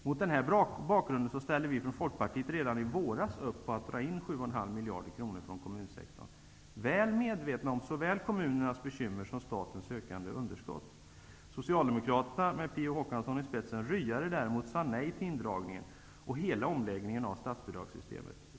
Mot denna bakgrund ställde vi från Folkpartiet redan i våras upp på att man skulle dra in 7,5 miljarder kronor från kommunsektorn, väl medvetna om såväl kommunernas betymmer som statens ökande underskott. Socialdemokraterna, med Per Olof Håkansson i spetsen, ryade däremot och sade nej till indragningen och till hela omläggningen av statsbidragssystemet.